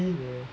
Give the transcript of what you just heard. ya